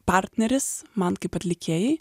partneris man kaip atlikėjai